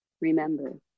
Remember